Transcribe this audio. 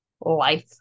life